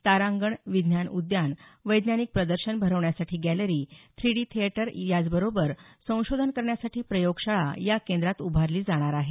तारांगण विज्ञान उद्यान वैज्ञानीक प्रदर्शन भरवण्यासाठी गॅलरी थ्रिडी थिएटर त्याचबरोबर संशोधन करण्यासाठी प्रयोगशाळा या केंद्रात उभारली जाणार आहे